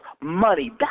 money